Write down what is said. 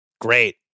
Great